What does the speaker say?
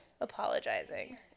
apologizing